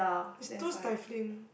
it's too stiffling